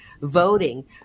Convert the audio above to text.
Voting